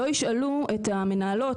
לא ישאלו את המנהלות,